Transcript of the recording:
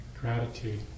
gratitude